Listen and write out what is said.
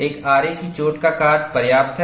एक आरे की चोट का काट पर्याप्त है